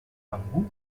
bambú